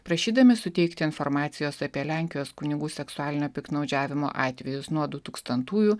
prašydami suteikti informacijos apie lenkijos kunigų seksualinio piktnaudžiavimo atvejus nuo dutūkstantųjų